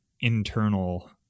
internal